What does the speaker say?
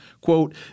Quote